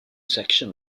section